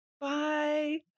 Bye